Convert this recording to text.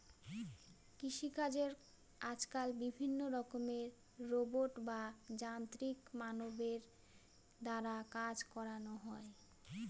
কৃষিকাজে আজকাল বিভিন্ন রকমের রোবট বা যান্ত্রিক মানবের দ্বারা কাজ করানো হয়